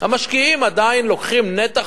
המשקיעים עדיין לוקחים נתח